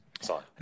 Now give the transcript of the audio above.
Sorry